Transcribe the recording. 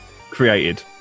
Created